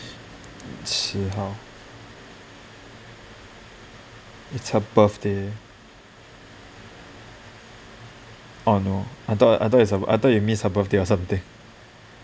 十号 it's her birthday oh no I thought I thought it means it's her birthday or something